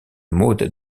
maude